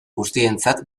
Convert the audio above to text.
guztientzat